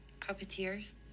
Puppeteers